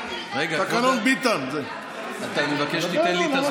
אני לא יודע לתת לך תשובה קונקרטית על המט"ש של יד חנה,